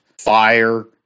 fire